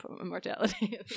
immortality